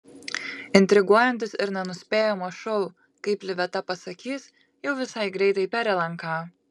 intriguojantis ir nenuspėjamas šou kaip liveta pasakys jau visai greitai per lnk